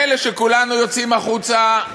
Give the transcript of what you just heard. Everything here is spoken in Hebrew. מילא שכולם יוצאים החוצה,